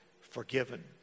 forgiven